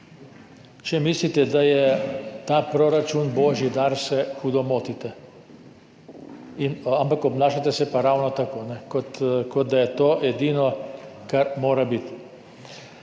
Če mislite, da je ta proračun božji dar, se hudo motite. Ampak obnašate se pa ravno tako – kot da je to edino, kar mora biti.